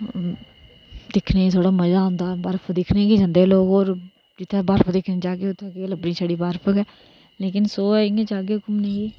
दिक्खने गी थोहडा मजा आंदा बर्फ दिक्खने गी जंदे लोग बर्फ दिक्खने गी लोग उत्थै केह् लब्भनी छड़ी बर्फ गै सोयहै जाहगे घूमने गी